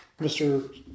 Mr